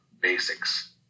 basics